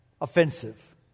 offensive